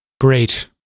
Great